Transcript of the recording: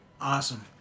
Awesome